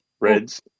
reds